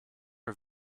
are